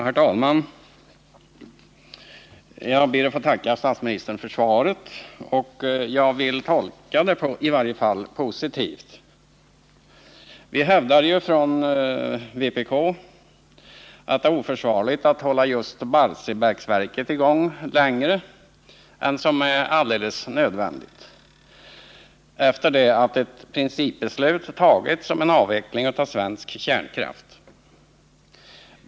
Herr talman! Jag ber att få tacka statsministern för svaret. Jag vill i varje fall tolka det som positivt. Vi hävdar ju från vpk att det är oförsvarligt att hålla just Barsebäcksverket i gång längre än vad som är alldeles nödvändigt efter det att ett principbeslut fattats om en avveckling av svensk kärnkraft.